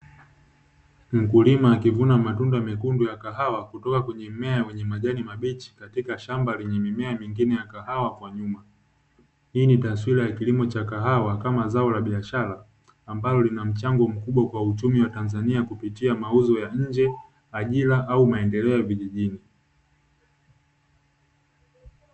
Mkulima akivuna matunda mekundu ya kahawa, kutoka kwenye mmea wenye majani mabichi katika shamba lenye mimea mingine ya kahawa kwa nyuma. Hii ni taswira ya kilimo cha kahawa kama zao la biashara, ambalo lina mchango mkubwa kwa uchumi wa Tanzania, kupitia mauzo ya nje, ajira au maendeleo vijijini.